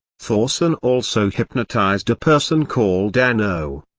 thorsen also hypnotized a person called anne o.